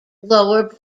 lower